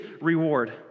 reward